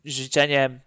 życzeniem